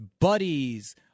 buddies